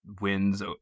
wins